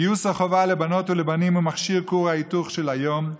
גיוס החובה לבנות ולבנים הוא מכשיר כור ההיתוך של היום.